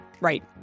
Right